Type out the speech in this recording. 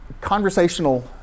conversational